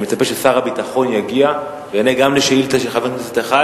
אני מצפה ששר הביטחון יגיע ויענה על השאילתא של חבר כנסת אחד.